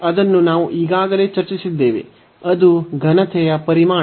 ಅದನ್ನು ನಾವು ಈಗಾಗಲೇ ಚರ್ಚಿಸಿದ್ದೇವೆ ಅದು ಘನತೆಯ ಪರಿಮಾಣ